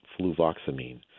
fluvoxamine